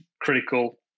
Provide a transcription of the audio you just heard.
critical